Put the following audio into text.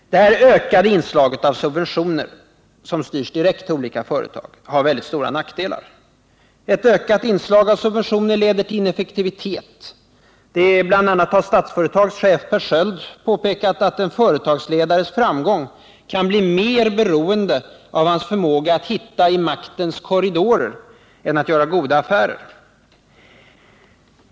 Detta ökade inslag av subventioner som styrs direkt till olika företag har mycket stora nackdelar. Ett ökat inslag av subventioner leder till ineffektivitet. Bl. a. har Statsföretags chef Per Sköld påpekat att en företagsledares framgång kan bli mer beroende av hans förmåga att hitta i maktens korridorer än av hans förmåga att göra goda affärer.